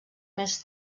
més